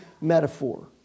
metaphor